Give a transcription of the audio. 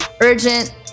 urgent